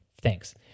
thanks